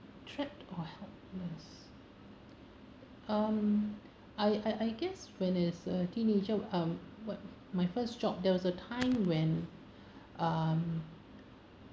trapped or helpless um I I I guess when as a teenager um what my first job there was a time when um